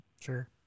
sure